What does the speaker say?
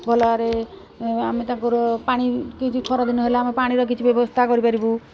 ଭଲରେ ଆମେ ତାଙ୍କର ପାଣି କିଛି ଖରାଦିନ ହେଲା ଆମେ ପାଣିର କିଛି ବ୍ୟବସ୍ଥା କରିପାରିବୁ